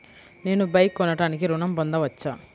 నేను బైక్ కొనటానికి ఋణం పొందవచ్చా?